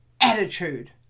attitude